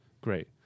Great